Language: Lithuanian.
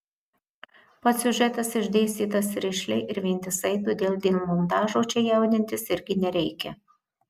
pats siužetas išdėstytas rišliai ir vientisai todėl dėl montažo čia jaudintis irgi nereikia